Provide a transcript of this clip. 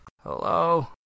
hello